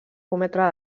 cometre